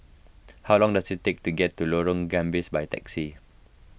how long does it take to get to Lorong Gambas by taxi